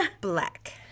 Black